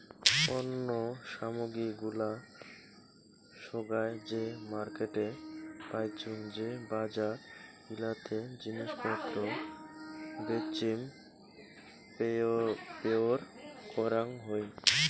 পণ্য সামগ্রী গুলা সোগায় যে মার্কেটে পাইচুঙ যে বজার গিলাতে জিনিস পত্র বেচিম পেরোয় করাং হই